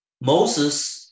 Moses